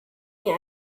mir